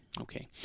Okay